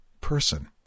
person